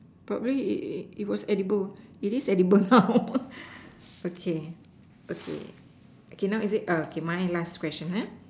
probably it it it was edible it is edible now okay okay okay now is it err okay now my last question ah